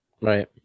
Right